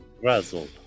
Razzle